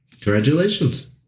Congratulations